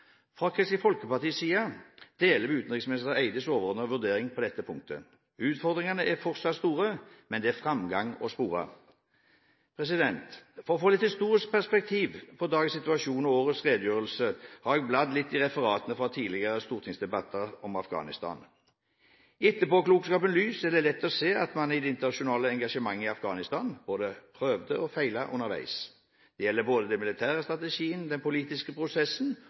Fra Kristelig Folkepartis side deler vi utenriksminister Barth Eides overordnede vurdering på dette punktet. Utfordringene er fortsatt store, men det er framgang å spore. For å få litt historisk perspektiv på dagens situasjon og årets redegjørelse har jeg bladd litt i referatene fra tidligere stortingsdebatter om Afghanistan. I etterpåklokskapens lys er det lett å se at man i det internasjonale engasjementet i Afghanistan både prøvde og feilet underveis. Det gjelder både den militære strategien, den politiske prosessen